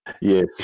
yes